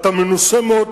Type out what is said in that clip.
אתה מנוסה מאוד,